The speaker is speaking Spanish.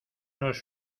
nos